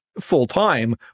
full-time